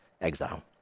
exile